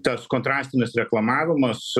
tas kontrastinis reklamavimas